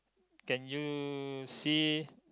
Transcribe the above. can you see